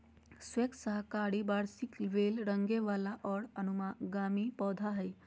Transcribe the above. squash साकाहारी वार्षिक बेल रेंगय वला और अनुगामी पौधा हइ